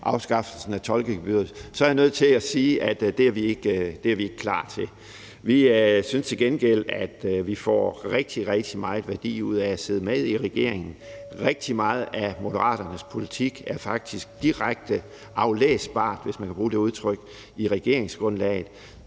afskaffelsen af tolkegebyret, så er jeg nødt til at sige, at det er vi ikke klar til. Vi synes, at vi får rigtig, rigtig meget værdi ud af at sidde med i regeringen. Rigtig meget af Moderaternes politik er faktisk direkte aflæsbar – hvis man kan bruge det udtryk – i regeringsgrundlaget.